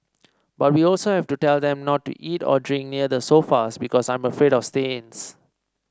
but we also have to tell them not to eat or drink near the sofas because I'm afraid of stains